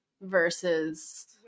versus